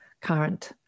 current